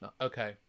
Okay